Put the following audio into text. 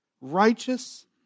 Righteous